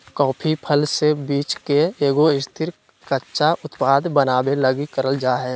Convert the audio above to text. coffee फल से बीज के एगो स्थिर, कच्चा उत्पाद बनाबे लगी करल जा हइ